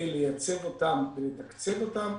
הסכמי הייצוב כדי לייצב אותם ולתקצב אותם,